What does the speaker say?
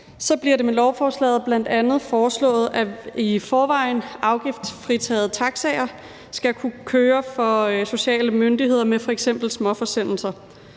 bliver det med lovforslaget bl.a. foreslået, at de i forvejen afgiftsfritagede taxier skal kunne køre for sociale myndigheder med f.eks. småforsendelser.